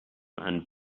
and